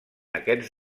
aquests